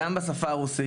גם בשפה הרוסית,